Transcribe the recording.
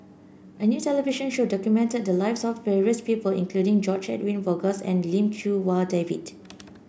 a new television show documented the lives of various people including George Edwin Bogaars and Lim Chee Wai David